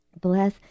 Bless